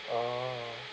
orh